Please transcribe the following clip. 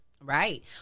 Right